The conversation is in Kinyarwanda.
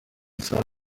isano